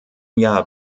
jahr